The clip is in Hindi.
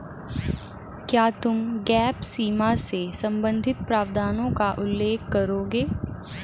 क्या तुम गैप सीमा से संबंधित प्रावधानों का उल्लेख करोगे?